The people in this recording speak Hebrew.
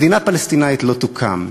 מדינת פלסטינית לא תוקם.